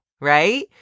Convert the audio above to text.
right